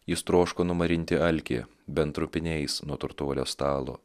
jis troško numarinti alkį bent trupiniais nuo turtuolio stalo